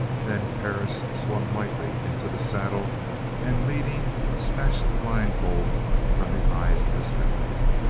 then perris swung lightly into the saddle and leaning, snatched the blindfold from the eyes of the stallion.